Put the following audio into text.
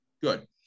Good